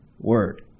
word